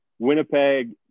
Winnipeg